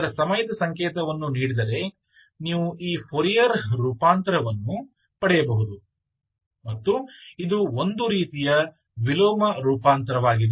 ಅದರ ಸಮಯದ ಸಂಕೇತವನ್ನು ನೀಡಿದರೆ ನೀವು ಈ ಫೋರಿಯರ್ ರೂಪಾಂತರವನ್ನು ಪಡೆಯಬಹುದು ಮತ್ತು ಇದು ಒಂದು ರೀತಿಯ ವಿಲೋಮ ರೂಪಾಂತರವಾಗಿದೆ